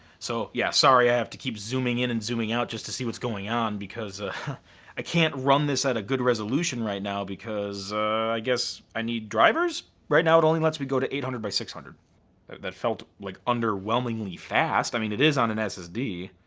so yeah, sorry i have to keep zooming in and zooming out just to see what's going on because ah i can't run this at a good resolution right now because i guess i need drivers? right now it only lets me go to eight hundred by six hundred that felt like underwhelmingly fast. i mean it is on an ssd.